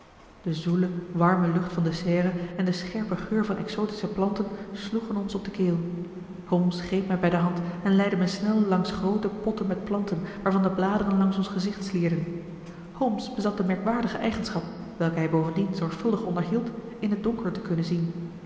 de zoele warme lucht van de serre en de scherpe geur van exotische planten sloegen ons op de keel holmes greep mij bij de hand en leidde mij snel langs groote potten met planten waarvan de bladeren langs ons gezicht slierden holmes bezat de merkwaardige eigenschap welke hij bovendien zorgvuldig onderhield in het donker te kunnen zien